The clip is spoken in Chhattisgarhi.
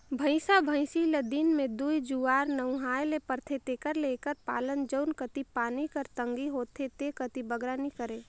भंइसा भंइस ल दिन में दूई जुवार नहुवाए ले परथे तेकर ले एकर पालन जउन कती पानी कर तंगी होथे ते कती बगरा नी करें